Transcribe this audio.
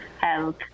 health